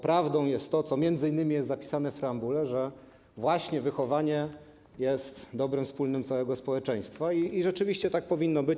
Prawdą jest to, co m.in. jest zapisane w preambule, że właśnie wychowanie jest dobrem wspólnym całego społeczeństwa, i rzeczywiście tak powinno być.